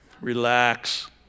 Relax